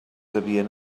havien